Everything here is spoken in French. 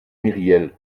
myriel